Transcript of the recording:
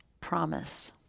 promise